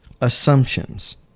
assumptions